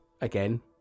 again